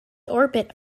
orbit